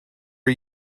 are